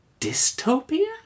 dystopia